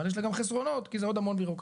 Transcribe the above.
אבל יש לה גם חסרונות כי זו עוד המון בירוקרטיה.